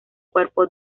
cuerpo